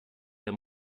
der